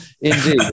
indeed